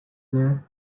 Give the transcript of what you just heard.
there